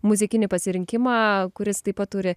muzikinį pasirinkimą kuris taip pat turi